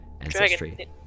ancestry